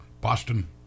Boston